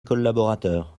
collaborateurs